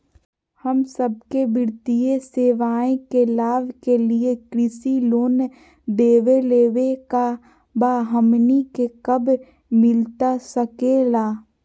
हम सबके वित्तीय सेवाएं के लाभ के लिए कृषि लोन देवे लेवे का बा, हमनी के कब मिलता सके ला?